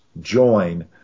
join